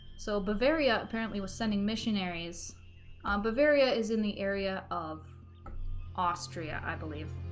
so bavaria apparently was sending missionaries um bavaria is in the area of austria i believe